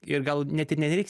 ir gal net ir nereiks